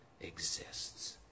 exists